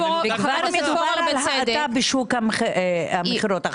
מדווח על האטה בשוק המכירות.